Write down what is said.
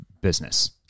business